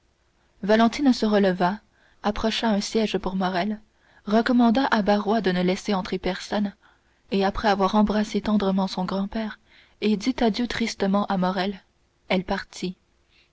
valentine se releva approcha un siège pour morrel recommanda à barrois de ne laisser entrer personne et après avoir embrassé tendrement son grand-père et dit adieu tristement à morrel elle partit